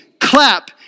clap